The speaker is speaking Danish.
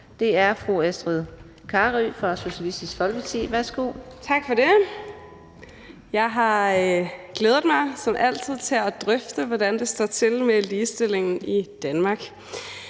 (Ordfører) Astrid Carøe (SF): Tak for det. Jeg har glædet mig, som altid, til at drøfte, hvordan det står til med ligestillingen i Danmark.